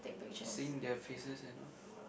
seeing their faces and all